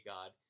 God